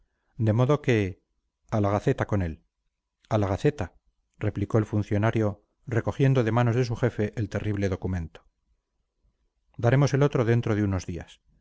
de modo que a la gaceta con él a la gaceta replicó el funcionario recogiendo de manos de su jefe el terrible documento daremos el otro dentro de unos días